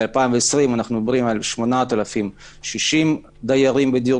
ב-2020 8,060 דיירים בדיור